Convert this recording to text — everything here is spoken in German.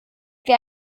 wer